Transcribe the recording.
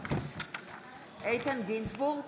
איתן גינזבורג,